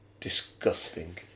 disgusting